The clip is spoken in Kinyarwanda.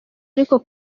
ariko